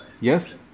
yes